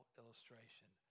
illustration